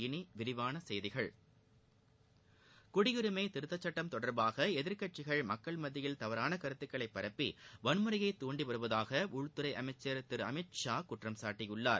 இனி விரிவான செய்திகள் குடியுரிமை திருத்தச் சுட்டம் தொடர்பாக எதிர்கட்சிகள் மக்கள் மத்தியில் தவறான கருத்துக்களைப் பரப்பி வன்முறையைத் தூண்டி வருவதாக உள்துறை அமைச்சர் திரு அமித்ஷா குற்றம் சாட்டியுள்ளார்